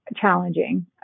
Challenging